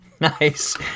Nice